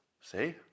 See